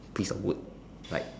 piece of wood like